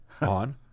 on